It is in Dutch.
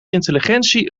intelligentie